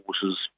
horses